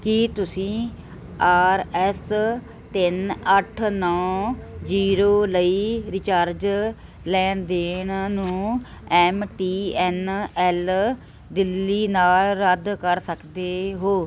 ਕੀ ਤੁਸੀਂ R S ਤਿੰਨ ਅੱਠ ਨੌ ਜ਼ੀਰੋ ਲਈ ਰੀਚਾਰਜ ਲੈਣ ਦੇਣ ਨੂੰ M T N L Delhi ਨਾਲ ਰੱਦ ਕਰ ਸਕਦੇ ਹੋ